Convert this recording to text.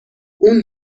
اون